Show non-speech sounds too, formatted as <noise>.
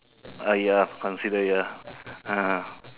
uh ya consider ya <laughs>